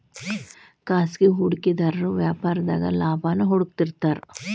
ಖಾಸಗಿ ಹೂಡಿಕೆದಾರು ವ್ಯಾಪಾರದಾಗ ಲಾಭಾನ ಹುಡುಕ್ತಿರ್ತಾರ